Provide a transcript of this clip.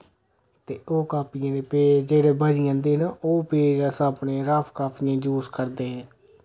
ते ओह् कापियें दे पेज जेह्ड़े बची जंदे ना ओ पेज अस अपने रफ कापियें जूस करदे हे